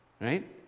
right